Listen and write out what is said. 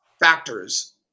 factors